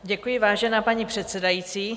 Děkuji, vážená paní předsedající.